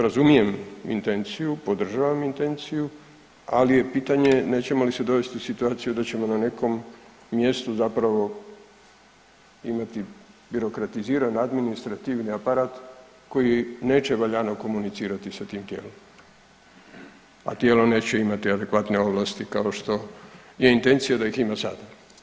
Razumijem intenciju, podržavam intenciju, ali je pitanje, nećemo li se dovesti u situaciju da ćemo na nekom mjestu zapravo imati birokratiziran administrativni aparat koji neće valjano komunicirati sa tim tijelom, a tijelo neće imati adekvatne ovlasti kao što je intencija da ih ima sada.